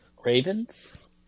Ravens